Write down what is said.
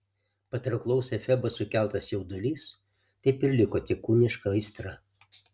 patrauklaus efebo sukeltas jaudulys taip ir liko tik kūniška aistra